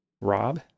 Rob